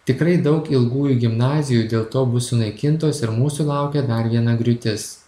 tikrai daug ilgųjų gimnazijų dėl to bus sunaikintos ir mūsų laukia dar viena griūtis